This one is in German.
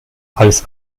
als